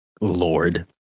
Lord